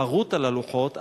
חרות על הלוחות,